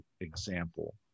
example